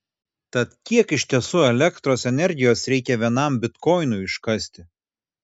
tad kiek iš tiesų elektros energijos reikia vienam bitkoinui iškasti